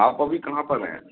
आप अभी कहाँ पर हैं